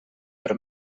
per